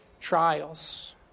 trials